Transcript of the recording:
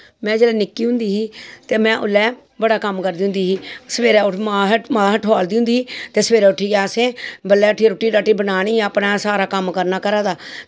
में जेल्लै निक्की होंदी ही ते में ओल्लै बड़ा कम्म करदी होंदी ही सवेरै मां असें गी ठोआलदी होंदी ही ते सवेरै उट्ठियै असें सारा कम्म करना घरा दा